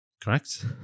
Correct